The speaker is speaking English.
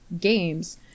games